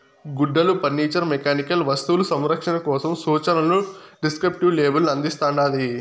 గుడ్డలు furniture mechanical వస్తువులు సంరక్షణ కోసం సూచనలని డిస్క్రిప్టివ్ లేబుల్ అందిస్తాండాది